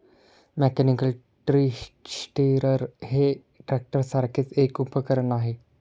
mechanical tree stirrer हे ट्रॅक्टरसारखेच एक उपकरण आहे